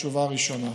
התשובה הראשונה.